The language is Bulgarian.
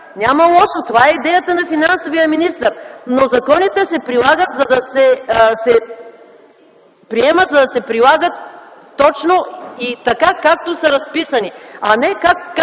Няма лошо, това е идеята на финансовия министър, но законите се приемат, за да се прилагат точно така, както са разписани, а не както